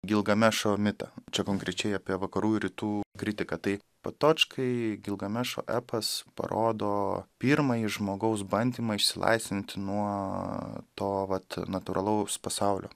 gilgamešo mitą čia konkrečiai apie vakarų ir rytų kritiką tai patočkai gilgamešo epas parodo pirmąjį žmogaus bandymą išsilaisvinti nuo to vat natūralaus pasaulio